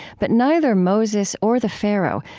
but neither moses or the pharaoh,